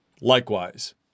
likewise